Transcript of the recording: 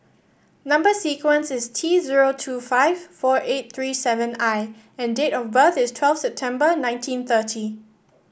number sequence is T zero two five four eight three seven I and date of birth is twelve September nineteen thirty